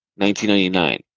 1999